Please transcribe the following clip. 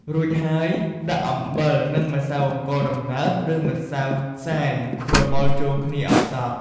រួចហើយដាក់អំបិល និងម្សៅអង្ករដំណើប ឬម្សៅខ្សាយ ច្របល់ចូលគ្នាឱ្យសព្វ។